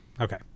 Okay